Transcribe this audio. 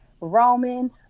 Roman